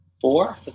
four